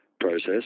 process